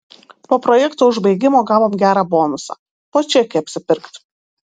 po projekto užbaigimo gavom gerą bonusą po čekį apsipirkt